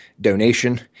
donation